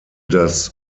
das